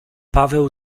paweł